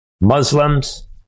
Muslims